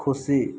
ᱠᱷᱩᱥᱤ